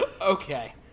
Okay